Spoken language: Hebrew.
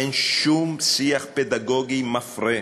אין שום שיח פדגוגי מפרה,